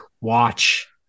watch